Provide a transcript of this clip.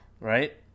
Right